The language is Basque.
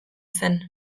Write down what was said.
zen